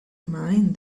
mine